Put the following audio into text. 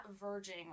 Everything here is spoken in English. verging